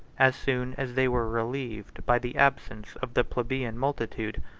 as soon as they were relieved by the absence of the plebeian multitude,